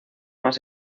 más